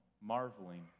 marveling